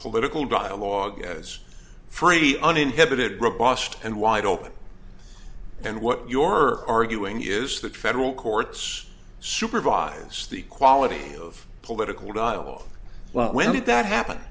political dialogue as free uninhibited robust and wide open and what your are arguing is that federal courts supervise the quality of political dialogue well when did that happen